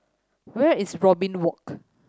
where is Robin Walk